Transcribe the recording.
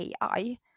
AI